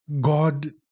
God